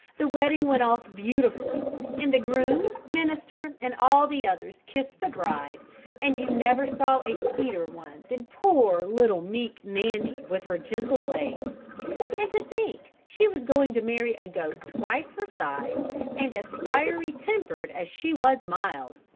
the wedding went off beautifully and the groom, minister and all the others kissed the bride and you never saw a sweeter one than poor little meek nanny with her gentle ways and to think she was going to marry a goat twice her size and as fiery tempered as she was mild!